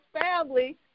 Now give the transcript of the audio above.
family